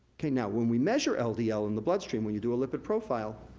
okay, now, when we measure ah ldl ldl in the bloodstream, when you do a lipid profile,